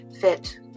fit